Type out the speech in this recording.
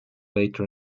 later